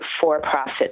for-profit